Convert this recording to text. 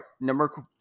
Number